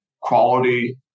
quality